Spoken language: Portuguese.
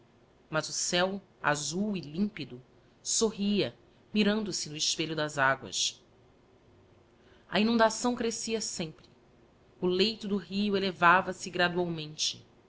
mas o céo azul e límpido sorria mirando se no espelho das aguas a inundação crescia sempre o leito do rio elevava-se gradualmente